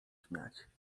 śmiać